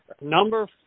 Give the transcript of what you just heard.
Number